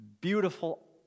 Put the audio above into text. beautiful